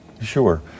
Sure